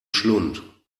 schlund